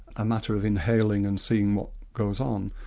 a matter of inhaling and seeing what goes on,